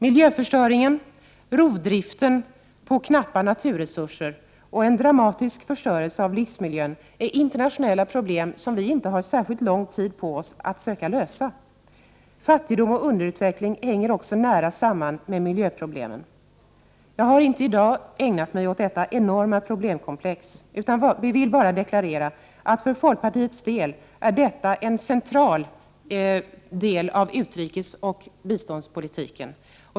Miljöförstöringen, rovdriften på knappa naturresurser och en dramatisk förstörelse av livsmiljön är internationella problem som vi inte har särskilt lång tid på oss att söka lösa. Fattigdom och underutveckling hänger också nära samman med miljöproblemen. Jag har inte i dag ägnat mig åt detta enorma problemkomplex, utan vill bara deklarera att för folkpartiet är detta en central del av utrikesoch biståndspolitiken.